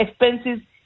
expenses